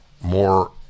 more